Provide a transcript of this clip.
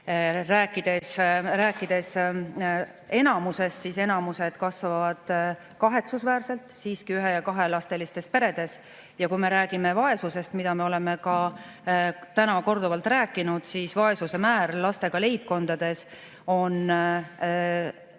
Rääkides enamusest, siis enamus kasvab kahetsusväärselt siiski ühe‑ ja kahelapselistes peredes. Ja kui räägime vaesusest, millest me oleme täna korduvalt rääkinud, siis vaesuse määr lastega leibkondades on